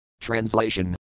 Translation